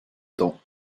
temps